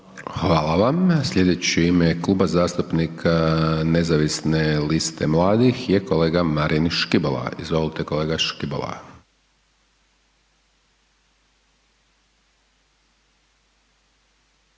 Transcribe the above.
Hvala vam. Sljedeći u ime Kluba zastupnika Nezavisne liste mladih je kolega Marin Škibola. Izvolite kolega Škibola.